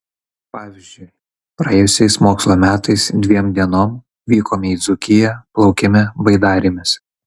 pavyzdžiui praėjusiais mokslo metais dviem dienom vykome į dzūkiją plaukėme baidarėmis